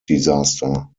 disaster